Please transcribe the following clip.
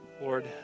Lord